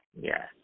Yes